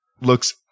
Looks